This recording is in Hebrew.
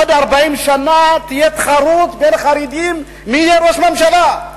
בעוד 40 שנה תהיה תחרות בין החרדים מי יהיה ראש ממשלה.